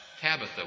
tabitha